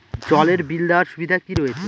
জলের বিল দেওয়ার সুবিধা কি রয়েছে?